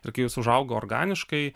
ir kai jis užauga organiškai